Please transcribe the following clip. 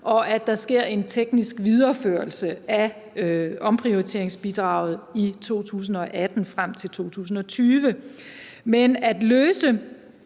og at der sker en teknisk videreførelse af omprioriteringsbidraget i 2018 og frem til 2020. Men at løse